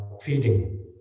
feeding